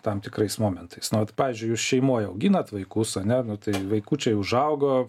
tam tikrais momentais na vat pavyzdžiui jūs šeimoj auginat vaikus ane tai vaikučiai užaugo